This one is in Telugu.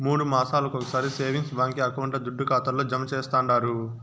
మూడు మాసాలొకొకసారి సేవింగ్స్ బాంకీ అకౌంట్ల దుడ్డు ఖాతాల్లో జమా చేస్తండారు